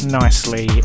nicely